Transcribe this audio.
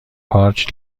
پارچ